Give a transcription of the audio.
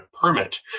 permit